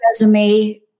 resume